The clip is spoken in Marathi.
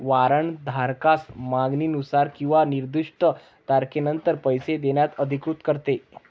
वॉरंट धारकास मागणीनुसार किंवा निर्दिष्ट तारखेनंतर पैसे देण्यास अधिकृत करते